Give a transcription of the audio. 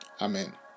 Amen